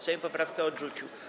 Sejm poprawkę odrzucił.